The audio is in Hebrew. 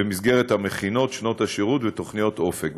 במסגרת המכינות, שנות השירות ותוכניות אופק.